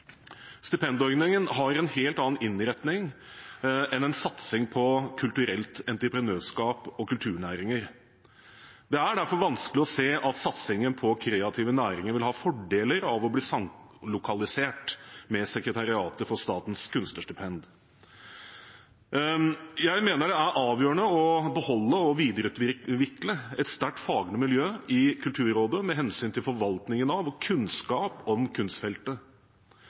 Stipendordningen har en helt annen innretning enn en satsing på kulturelt entreprenørskap og kulturnæringer. Det er derfor vanskelig å se at satsingen på kreative næringer vil ha fordeler av å bli samlokalisert med sekretariatet for Statens kunstnerstipend. Jeg mener det er avgjørende å beholde og videreutvikle et sterkt faglig miljø i Kulturrådet med hensyn til forvaltningen av og kunnskap om kunstfeltet.